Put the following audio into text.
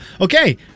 Okay